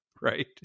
Right